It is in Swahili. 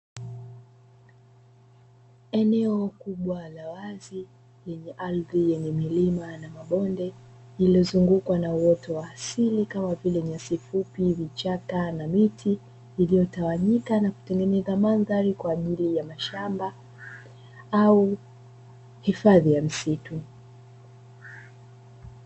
Eneo kubwa la wazi lenye ardhi yenye milima na mabonde iliyozungukwa na uoto wa asili kama vile nyasi fupi, vichaka na miti vilivyotawanyika na kutengeneza mandhari kwa ajili ya mashamba au hifadhi ya misitu.